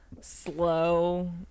slow